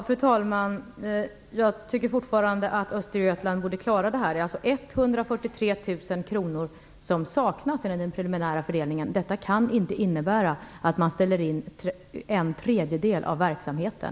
Fru talman! Jag tycker fortfarande att Östergötland borde klara det här. Det är alltså 143 000 kr som saknas enligt den preliminära fördelningen. Det kan inte innebära att man måste ställa in en tredjedel av verksamheten.